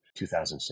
2006